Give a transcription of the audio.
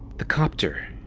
the copter!